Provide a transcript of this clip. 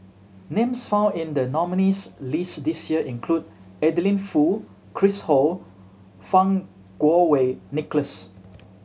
names found in the nominees' list this year include Adeline Foo Chris Ho Fang Kuo Wei Nicholas